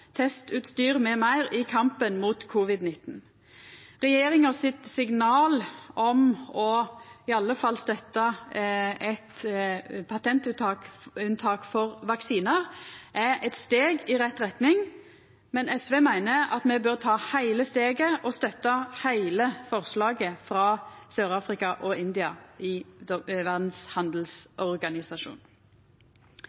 testutstyr m.m. i kampen mot covid-19. Signalet frå regjeringa om i alle fall å støtta eit patentunntak for vaksinar er eit steg i rett retning, men SV meiner at me bør ta heile steget og støtta heile forslaget frå Sør-Afrika og India i